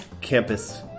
campus